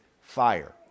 fire